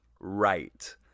right